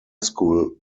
school